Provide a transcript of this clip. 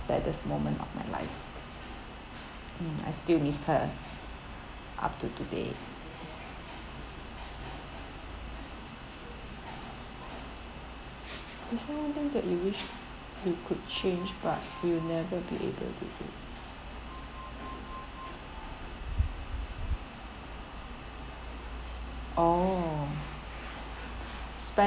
saddest moment of my life mm I still miss her up to today is there one thing that you wish you could change but you never be able to do oh